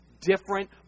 different